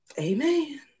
Amen